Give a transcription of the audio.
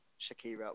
Shakira